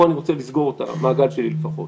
פה אני רוצה לסגור את המעגל שלי לפחות.